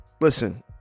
Listen